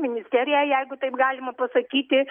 ministerija jeigu taip galima pasakyti